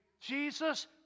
Jesus